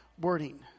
wording